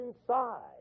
inside